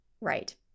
right